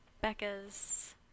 Becca's